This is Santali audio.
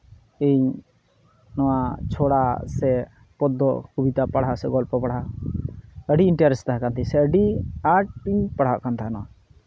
ᱤᱧ ᱱᱚᱣᱟ ᱪᱷᱚᱲᱟ ᱥᱮ ᱯᱚᱫᱫᱚ ᱠᱚᱵᱤᱛᱟ ᱯᱟᱲᱦᱟᱣ ᱥᱮ ᱜᱚᱞᱯᱚ ᱯᱟᱲᱦᱟᱣ ᱟᱹᱰᱤ ᱤᱱᱴᱟᱨᱮᱥᱴ ᱛᱟᱦᱮᱸ ᱠᱟᱱ ᱛᱤᱧᱟᱹ ᱥᱮ ᱟᱹᱰᱤ ᱟᱸᱴᱤᱧ ᱯᱟᱲᱦᱟᱜ ᱠᱟᱱ ᱛᱟᱦᱮᱱᱟ